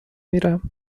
میرم